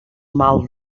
mal